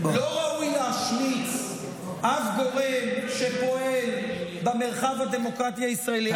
לא ראוי להשמיץ שום גורם שפועל במרחב הדמוקרטי הישראלי,